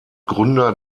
gründer